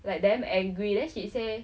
like damn angry then she say